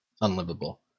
unlivable